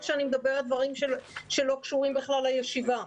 שאני מדברת דברים שלא קשורים בכלל לישיבה,